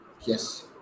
Yes